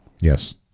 Yes